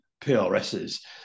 PRSs